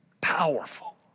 Powerful